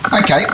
Okay